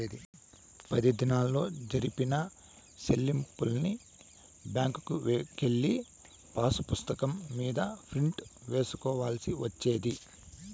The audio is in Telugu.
పది దినాల్లో జరిపిన సెల్లింపుల్ని బ్యాంకుకెళ్ళి పాసుపుస్తకం మీద ప్రింట్ సేసుకోవాల్సి వచ్చేది